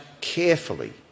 carefully